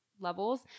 levels